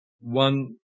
one